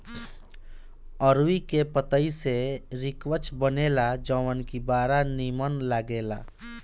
अरुई के पतई से रिकवच बनेला जवन की बड़ा निमन लागेला